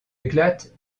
éclate